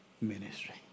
ministry